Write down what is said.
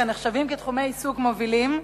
הנחשבים תחומי עיסוק מובילים,